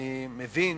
ואני מבין